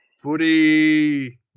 footy